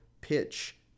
pitch